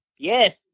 Yes